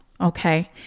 okay